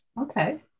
Okay